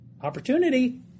opportunity